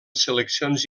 seleccions